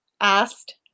asked